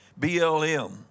BLM